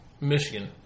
Michigan